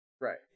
Right